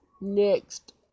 next